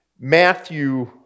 Matthew